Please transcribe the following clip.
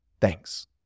Thanks